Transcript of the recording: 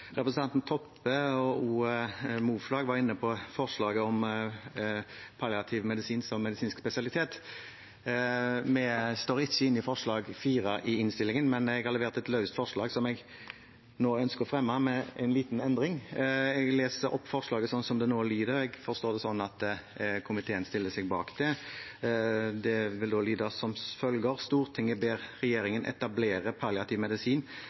Toppe og Moflag var inne på forslaget om palliativ medisin som medisinsk spesialitet. Vi står ikke inne i forslag nr. 4 i innstillingen, men jeg har levert et løst forslag, som jeg nå ønsker å fremme, med en liten endring. Jeg leser opp forslaget sånn som det nå lyder, og jeg forstår det sånn at komiteen stiller seg bak det. Det vil da lyde som følger: «Stortinget ber regjeringen etablere palliativ medisin